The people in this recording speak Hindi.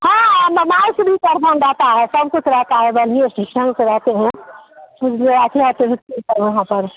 हाँ रहता है सब कुछ रहता है रहते हैं वहाँ पर